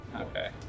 Okay